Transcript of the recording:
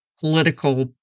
political